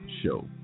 Show